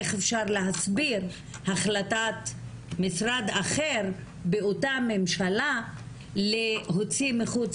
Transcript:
איך אפשר להסביר החלטת משרד אחר באותה ממשלה להוציא מחוץ